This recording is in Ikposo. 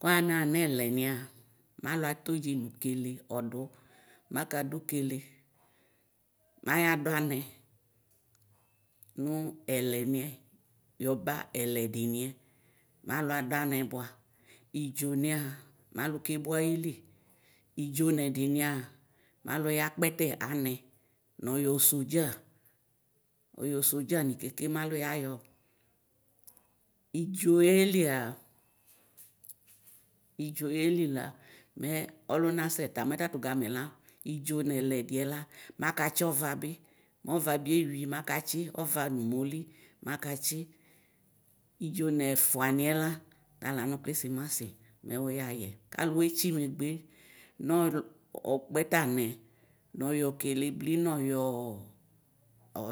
Kɔ naxa nɛlɛnia malʋ atodzi nʋ kele ɔdʋ makadʋ kele mayadʋ anɛ nʋ ɛlɛniɛ yɔba ɛlɛdiniɛ malʋ adʋ anɛbʋa dzo niɛa malʋ kebo ayili idzo nɛdiniɛa malʋ yakpɛtɛ anɛ nsys sodza ɔyɔsodza ni keke malʋ yayɔ idzo yɛlia idzoyɛ la mɛ ɔlʋna asɛta mɛ tatʋ gamɛ la idzo nɛlɛdiɛ la mɔkatsi ɔvabi ɔvabi ewi makatsi ɔva nʋmoli meikatsi idzonɛƒʋaniɛ la tala nʋ krisimasi mɛ wʋyayɛ kalʋ we tsimegbe nɔlʋ nɔkpɛtɛ anɛ nɔyɔ kelebli nɔyɔ